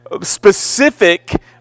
specific